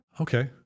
Okay